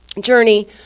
journey